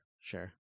Sure